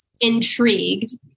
intrigued